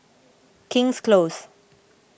King's Close